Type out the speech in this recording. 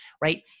Right